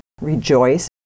rejoice